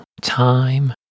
time